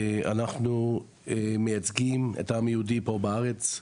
אנחנו מייצגים את העם היהודי פה בארץ.